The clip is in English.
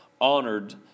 honored